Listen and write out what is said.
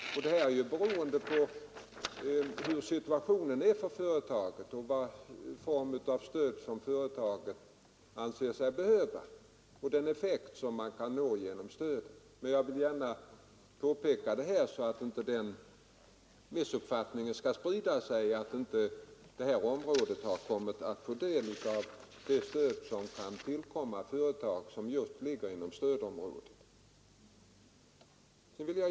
Detta är beroende på hur situationen har varit för vederbörande företag och vilken form av stöd som företaget har ansett sig behöva samt den effekt som man räknat med att nå genom stödet. Jag har velat säga detta för att inte den missuppfattningen skall sprida sig att området inte har fått del av det stöd som kan tillkomma företag inom stödområdet.